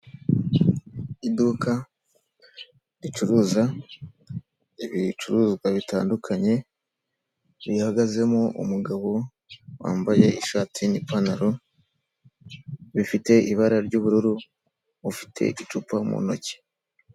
Iduka ricuruza ibicuruzwa bitandukanye, rihagazemo umugabo wambaye ishati n'ipantaro, bifite ibara ry'ubururu, ufite igicupa mu ntoki.